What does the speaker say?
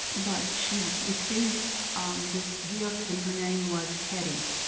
but she received this gift and her name was hetty.